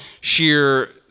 sheer